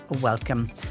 welcome